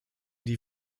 die